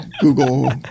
Google